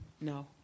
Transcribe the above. No